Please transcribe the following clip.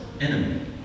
enemy